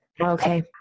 Okay